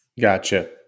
Gotcha